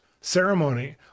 ceremony